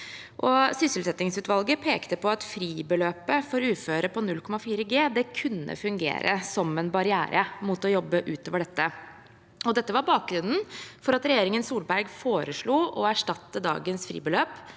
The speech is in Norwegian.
Sysselsettingsutvalget pekte på at fribeløpet for uføre på 0,4 G kunne fungere som en barriere mot å jobbe utover dette, og det var bakgrunnen for at regjeringen Solberg foreslo å erstatte dagens fribeløp